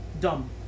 dumb